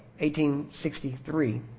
1863